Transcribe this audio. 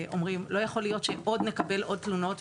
אומרים: לא יכול להיות שנקבל עוד תלונות.